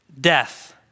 death